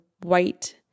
white